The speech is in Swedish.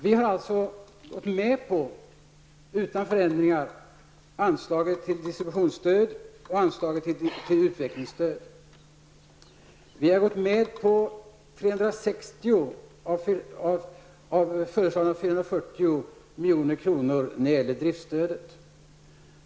Vi har gått med på, utan förändringar, anslaget till distributionsstöd och anslaget till utvecklingsstöd. Vi har gått med på 360 milj.kr. av föreslagna 440 milj.kr. till driftsstödet.